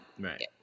Right